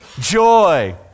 joy